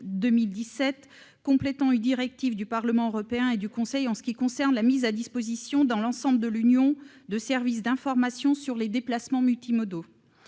complétant la directive du Parlement européen et du Conseil en ce qui concerne la mise à disposition, dans l'ensemble de l'Union, de services d'information sur les déplacements multimodaux.